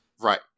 Right